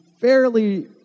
fairly